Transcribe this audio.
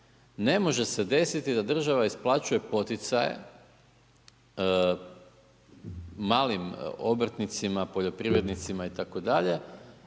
Ne može se desiti da država isplaćuje poticaje malim obrtnicima, poljoprivrednicima itd.,